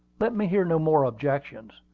let me hear no more objections.